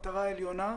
מטרה עליונה,